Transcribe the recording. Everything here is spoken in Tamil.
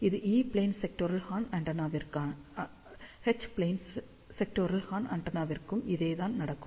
இது ஈ பிளேன் செக்டோரல் ஹார்ன் ஆண்டெனாவிற்கு எச் பிளேன் செக்டோரல் ஹார்ன் ஆண்டெனாவிற்கும் இதேதான் நடக்கும்